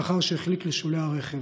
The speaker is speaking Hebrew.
לאחר שהחליק לשולי הכביש.